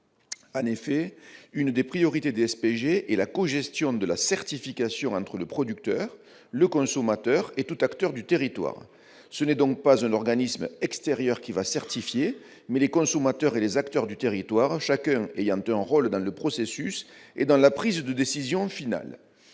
En effet, une des priorités des SPG est la cogestion de la certification entre le producteur, le consommateur et tout acteur du territoire. La certification sera donc effectuée, non pas par un organisme extérieur, mais par les consommateurs et les acteurs du territoire, chacun ayant un rôle dans le processus et dans la prise de décision finale.